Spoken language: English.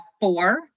four